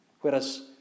Whereas